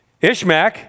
Ishmael